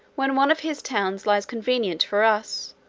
when one of his towns lies convenient for us,